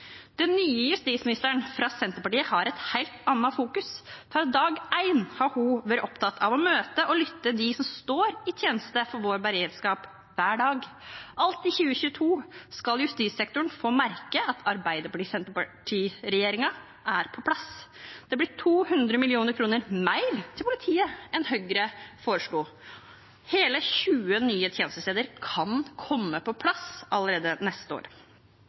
Den nye justisministeren fra Senterpartiet har et helt annet fokus. Fra dag én har hun vært opptatt av å møte og lytte til dem som står i tjeneste for vår beredskap hver dag. Alt i 2022 skal justissektoren få merke at Arbeiderparti–Senterparti-regjeringen er på plass. Det blir 200 mill. kr mer til politiet enn Høyre foreslo. Hele 20 nye tjenestesteder kan komme på plass allerede neste år.